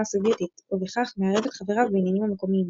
הסובייטית ובכך מערב את חבריו בעניינים המקומיים.